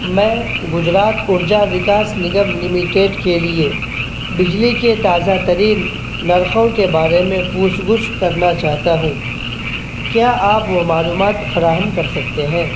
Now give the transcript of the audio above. میں گجرات ارجا وکاس نگم لمیٹڈ کے لیے بجلی کے تازہ ترین نرخوں کے بارے میں پوچھ گچھ کرنا چاہتا ہوں کیا آپ وہ معلومات فراہم کر سکتے ہیں